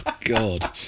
God